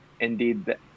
indeed